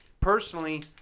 Personally